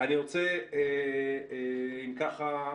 אם כך,